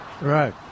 right